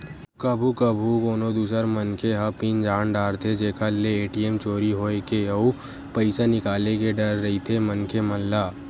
कभू कभू कोनो दूसर मनखे ह पिन जान डारथे जेखर ले ए.टी.एम चोरी होए के अउ पइसा निकाले के डर रहिथे मनखे मन ल